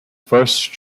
first